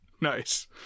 Nice